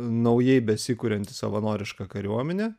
naujai besikurianti savanoriška kariuominė